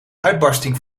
uitbarsting